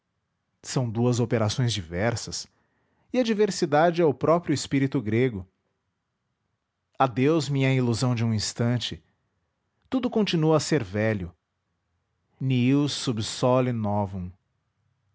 são duas operações diversas e a diversidade é o próprio espírito grego adeus minha ilusão de um instante tudo continua a ser velho nihil sub sole novum